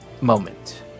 moment